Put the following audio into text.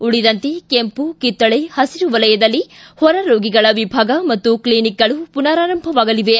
ಉಳಿದಂತೆ ಕೆಂಪು ಕಿತ್ತಳೆ ಹಸಿರು ವಲಯದಲ್ಲಿ ಹೊರರೋಗಿಗಳ ವಿಭಾಗ ಮತ್ತು ಕ್ಷಿನಿಕ್ಗಳು ಪುನಾರಂಭವಾಗಲಿವೆ